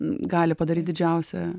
gali padaryt didžiausią